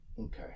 Okay